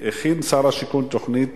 הכין שר השיכון תוכנית